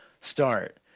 start